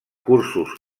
cursos